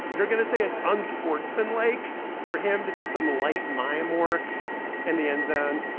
you're going to say it's unsportsmanlike for him to do some light mime work in the end zone.